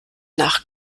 nach